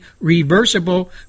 reversible